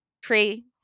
tree